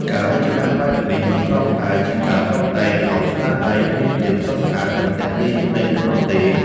ការរចនាបែបនេះមិនត្រឹមតែជាការតុបតែងឲ្យស្នាដៃមានភាពស្រស់ស្អាត និងទាក់ទាញភ្នែកប៉ុណ្ណោះទេ